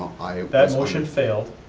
that motion failed,